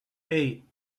eight